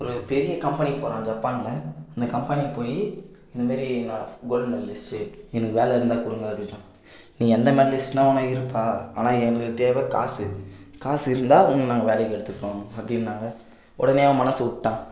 ஒரு பெரிய கம்பெனிக்கு போகறான் ஜப்பானில் அந்த கம்பெனிக்கு போய் இந்தமாரி நான் கோல்டு மெடலிஸ்ட்டு எனக்கு வேலை இருந்தால் கொடுங்க அப்படின்றான் நீ எந்த மெடலிஸ்ட்லாக வேணா இருப்பா ஆனால் எங்களுக்கு தேவை காசு காசு இருந்தால் உன்னை நாங்கள் வேலைக்கு எடுத்துக்குறோம் அப்படின்னாங்க உடனே அவன் மனசு விட்டுட்டான்